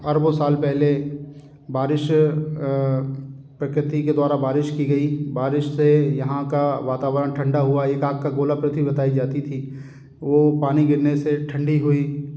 अरबों साल पहले बारिश प्रकृति के द्वारा बारिश की गई बारिश से यहाँ का वातावरण ठंडा हुआ एक आग का गोला पृथ्वी बताई जाती थी वो पानी गिरने से ठंडी हुई